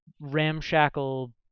ramshackle